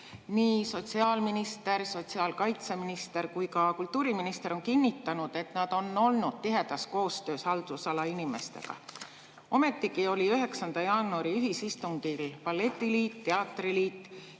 Nii sotsiaalminister, sotsiaalkaitseminister kui ka kultuuriminister on kinnitanud, et nad on olnud tihedas koostöös haldusala inimestega. Ometigi olid 9. jaanuari ühisistungil balletiliit, teatriliit